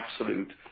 absolute